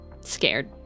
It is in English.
scared